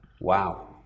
Wow